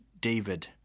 David